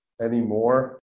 anymore